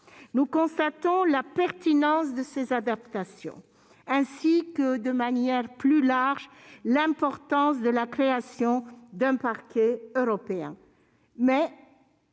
Nous constatons la pertinence de ces adaptations, ainsi que, de manière plus large, l'importance de la création d'un parquet européen.